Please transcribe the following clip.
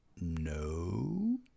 No